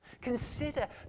Consider